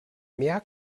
mehr